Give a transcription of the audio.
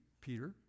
Peter